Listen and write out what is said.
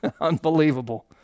Unbelievable